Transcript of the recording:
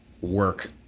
work